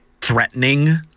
threatening